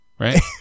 right